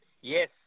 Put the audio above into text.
Yes